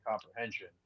comprehension